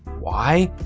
why?